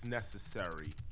necessary